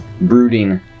brooding